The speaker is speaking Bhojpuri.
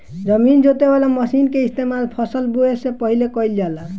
जमीन जोते वाला मशीन के इस्तेमाल फसल बोवे से पहिले कइल जाला